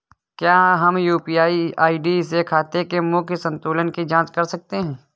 क्या हम UPI ID से खाते के मूख्य संतुलन की जाँच कर सकते हैं?